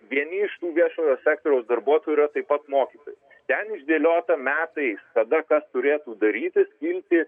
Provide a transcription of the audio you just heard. vieni iš viešojo sektoriaus darbuotojų yra taip pat mokytojai ten išdėliota metais kada kas turėtų darytis kilti